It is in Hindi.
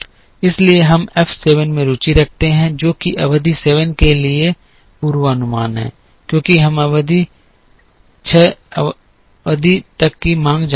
इसलिए हम एफ 7 में रुचि रखते हैं जो कि अवधि 7 के लिए पूर्वानुमान है क्योंकि हम 6 अवधि तक की मांग जानते हैं